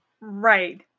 Right